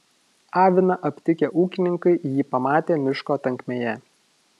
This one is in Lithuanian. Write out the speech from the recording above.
aviną aptikę ūkininkai jį pamatė miško tankmėje